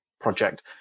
project